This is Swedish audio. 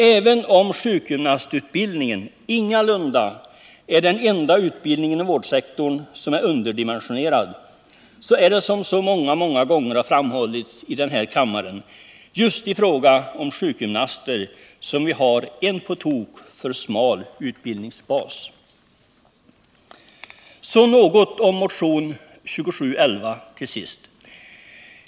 Även om sjukgymnastutbildningen ingalunda är den enda utbildning inom vårdsektorn som är underdimensionerad, är det — som så många gånger har framhållits i denna kammare — just i fråga om sjukgymnaster som vi har en på tok för smal utbildningsbas. Så till sist något om motionen 2711.